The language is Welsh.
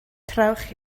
trowch